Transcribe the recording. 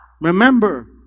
Remember